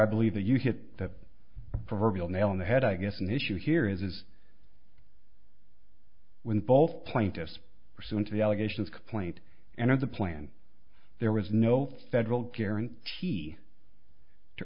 i believe that you hit the proverbial nail in the head i guess an issue here is is when both plaintiffs pursuant to the allegations complained and of the plan there was no federal karen